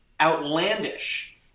outlandish